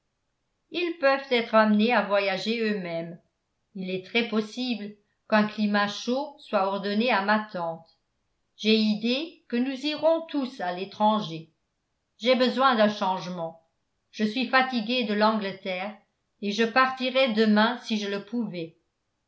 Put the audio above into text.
ils peuvent être amenés à voyager eux-mêmes il est très possible qu'un climat chaud soit ordonné à ma tante j'ai idée que nous irons tous à l'étranger j'ai besoin d'un changement je suis fatigué de l'angleterre et je partirais demain si je le pouvais